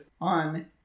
on